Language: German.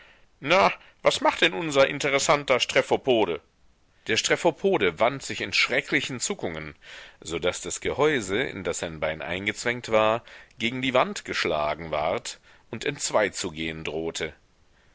na was macht denn unser interessanter strephopode der strephopode wand sich in schrecklichen zuckungen so daß das gehäuse in das sein bein eingezwängt war gegen die wand geschlagen ward und entzwei zu gehen drohte